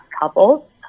couples